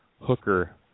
hooker